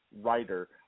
writer